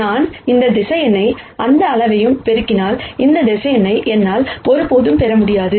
நான் இந்த வெக்டர்ஸ் அந்த ஸ்கேலார் பெருக்கினால் இந்த வெக்டர்ஸ் என்னால் ஒருபோதும் பெற முடியாது